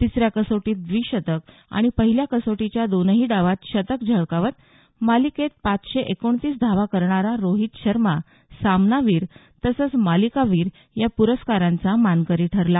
तिसऱ्या कसोटीत द्वी शतक आणि पहिल्या कसोटीच्या दोन्ही डावात शतक झळकावत मालिकेत पाचशे एकोणतीस धावा करणारा रोहित शर्मा सामनावीर तसंच मालिकावीर प्रस्काराचा मानकरी ठरला